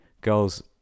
girls